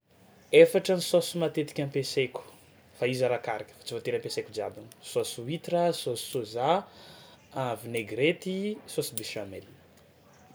Efatra ny saosy matetika ampiasaiko fa izy arakaraka fa tsy voatery ampiasaiko jiaby: saosy huître, saosy soja, a vinaigrety, saosy béchamel.